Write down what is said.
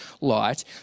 light